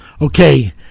Okay